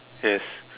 yes